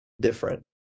different